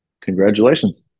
congratulations